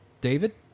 David